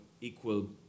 equal